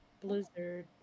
Blizzard